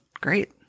great